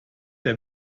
der